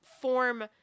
form